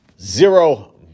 Zero